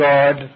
God